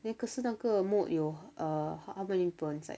then 可是那个 mood 有 err how many points like